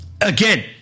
again